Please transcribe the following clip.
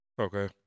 Okay